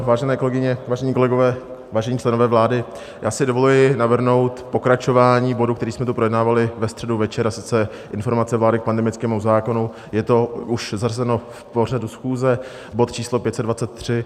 Vážené kolegyně, vážení kolegové, vážení členové vlády, já si dovoluji navrhnout pokračování bodu, který jsme tu projednávali ve středu večer, a sice Informace vlády k pandemickému zákonu je to už zařazeno v pořadu schůze, bod číslo 523.